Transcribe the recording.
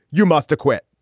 you must acquit.